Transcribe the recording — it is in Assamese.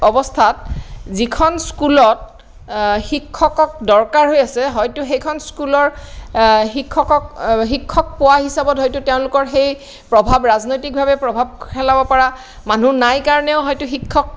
অৱস্থাত যিখন স্কুলত শিক্ষকক দৰকাৰ হৈছে হয়তো সেইখন স্কুলৰ শিক্ষকক ষিক্ষক পোৱা হিচাপ হয়তো তেওঁলোকৰ সেই প্ৰভাৱ ৰাজনৈতিক ভাৱে প্ৰভাৱ খেলাব পৰা মানুহ নাই কাৰণেও হয়তো শিক্ষক